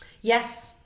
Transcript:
yes